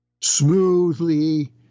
smoothly